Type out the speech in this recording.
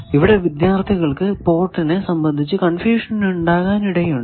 ഇവിടെ വിദ്യാർത്ഥികൾക്ക് പോർട്ടിനെ സംബന്ധിച്ചു കൺഫ്യൂഷൻ ഉണ്ടാകാൻ ഇടയുണ്ട്